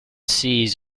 seas